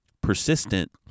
persistent